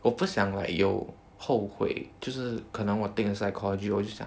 我不想 like 有后悔就是可能我 take 了 psychology 我就讲